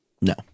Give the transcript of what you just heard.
No